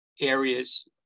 areas